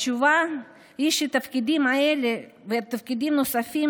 התשובה היא שהתפקידים האלה ותפקידים נוספים